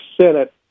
Senate